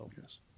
Yes